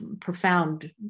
profound